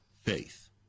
faith